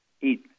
eat